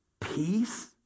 peace